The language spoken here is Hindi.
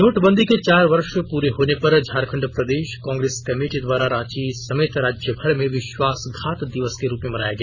नोटबंदी के चार वर्ष प्ररे होने पर झारखंड प्रदेश कांग्रेस कमेटी द्वारा रांची समेत राज्यभर में विश्वासघात दिवस के रूप में मनाया गया